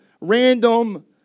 random